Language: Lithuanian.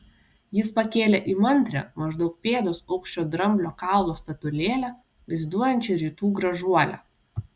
jis pakėlė įmantrią maždaug pėdos aukščio dramblio kaulo statulėlę vaizduojančią rytų gražuolę